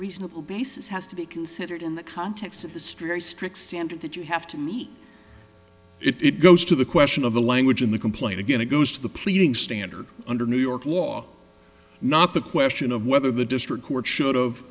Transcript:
reasonable basis has to be considered in the context of the street strict standard that you have to meet it goes to the question of the language in the complaint again it goes to the pleading standard under new york law not the question of whether the district court should